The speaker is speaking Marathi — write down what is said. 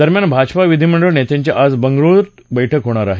दरम्यान भाजपा विधीमंडळ नेत्यांची आज बंगळ्रुत बैठक होणार आहे